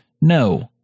no